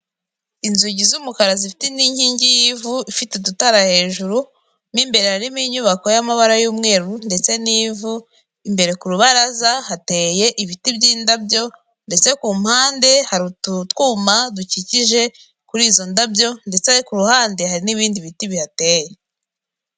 Inzugi z'umukara zifite n'inkingi y'ivu ifite udutara hejuru mo imbere harimo inyubako y'amabara y'umweru ndetse n'ivu, imbere ku rubaraza hateye ibiti by'indabyo ndetse ku mpande hari ututwuma dukikije kuri izo ndabyo, ndetse ku ruhande hari n'ibindi biti bihateye.